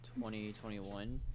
2021